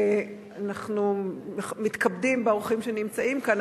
ואנחנו מתכבדים באורחים שנמצאים כאן.